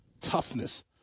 toughness